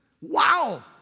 Wow